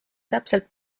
täpselt